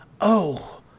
Oh